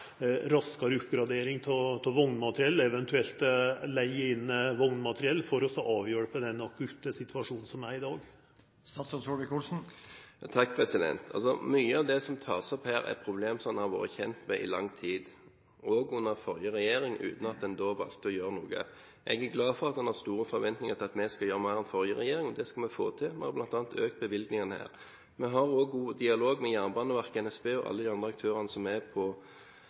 oppgradering av vognmateriell, eventuelt leiga inn vognmateriell, for å avhjelpa den akutte situasjonen som er i dag? Mye av det som tas opp her, er problemer som en har vært kjent med i lang tid – også under forrige regjering, uten at en valgte å gjøre noe. Jeg er glad for at en har store forventninger til at vi skal gjøre mer enn forrige regjering. Det skal vi få til. Vi har bl.a. økt bevilgningene her. Vi har også god dialog med Jernbaneverket, NSB og alle de andre aktørene som har med jernbaneinfrastrukturen å gjøre. Det er